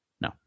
No